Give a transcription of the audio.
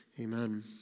Amen